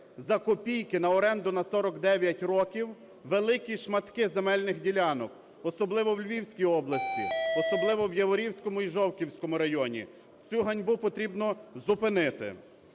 за копійки на оренду на 49 років великі шматки земельних ділянок, особливо в Львівській області, особливо в Яворівському і Жовківському районі. Цю ганьбу потрібно зупинити.